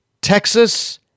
Texas